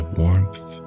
warmth